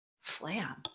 Flam